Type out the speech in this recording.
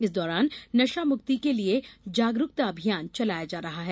इस दौरान नशा मुक्ति के लिये जागरूकता अभियान चलाया जा रहा है